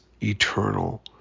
eternal